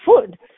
food